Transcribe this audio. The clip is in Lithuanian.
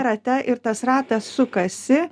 rate ir tas ratas sukasi